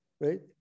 right